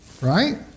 Right